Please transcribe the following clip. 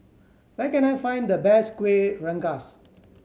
where can I find the best Kueh Rengas